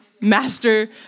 master